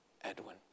Edwin